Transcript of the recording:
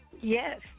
yes